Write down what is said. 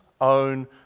own